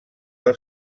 del